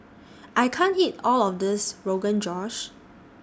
I can't eat All of This Rogan Josh